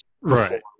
Right